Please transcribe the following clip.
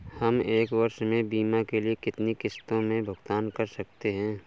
हम एक वर्ष में बीमा के लिए कितनी किश्तों में भुगतान कर सकते हैं?